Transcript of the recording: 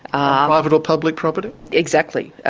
on private or public property? exactly,